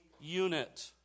unit